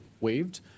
waived